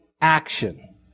action